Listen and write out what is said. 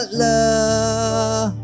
love